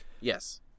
yes